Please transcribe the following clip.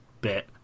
bit